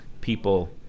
people